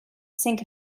sink